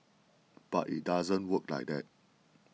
but it doesn't work like that